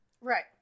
right